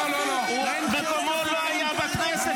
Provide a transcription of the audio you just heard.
אגב, כמעט הדחנו אחד כזה.